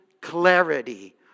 clarity